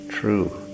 True